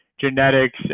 genetics